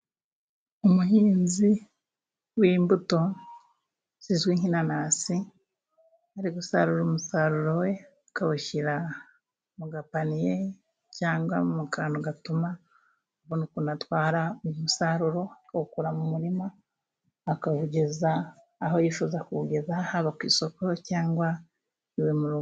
Umuhinzi w'imbuto zizwi nk'inanasi, ari gusarura umusaruro we akawushyira mu gapaniye cyangwa mu kantu gatuma abona ukuntu atwara umusaruro, awukura mu murima akawugeza aho yifuza kuwugeza, haba ku isoko cyangwa iwe mu rugo.